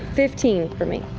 fifteen for me.